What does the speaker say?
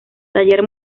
taller